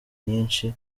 nyinshi